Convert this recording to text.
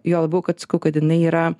juo labiau kad sakau kad jinai yra